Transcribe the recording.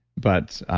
but.